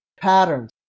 patterns